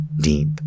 deep